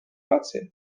rację